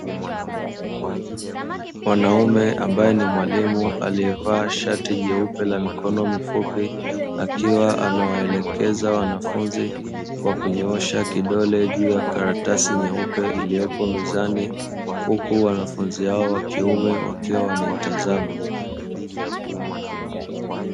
Mwanaume ambaye ni mwalimu aliye vaa shati jeupe la mikono mifupi akiwa anawaelekeza wanafunzi kwa kunyoosha kidole juu ya karatasi nyeupe iliyopo mezani huku wanafunzi hao wakiume wakiwa wanaitazama.